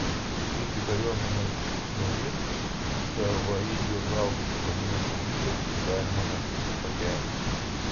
jei tik kariuomenė norės savaeigių haubicų kovinės savybės bus galima nesunkiai pagerinti